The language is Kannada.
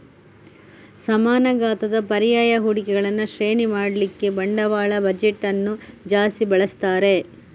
ಸಮಾನ ಗಾತ್ರದ ಪರ್ಯಾಯ ಹೂಡಿಕೆಗಳನ್ನ ಶ್ರೇಣಿ ಮಾಡ್ಲಿಕ್ಕೆ ಬಂಡವಾಳ ಬಜೆಟ್ ಅನ್ನು ಜಾಸ್ತಿ ಬಳಸ್ತಾರೆ